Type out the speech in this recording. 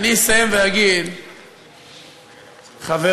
אז אסיים ואגיד: חברים,